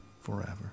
forever